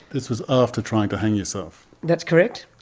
this was after trying to hang yourself? that's correct.